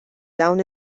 dawn